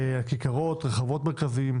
כיכרות, רחבות מרכזיות